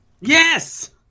Yes